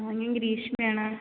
ആ ഞാൻ ഗ്രീഷ്മയാണ്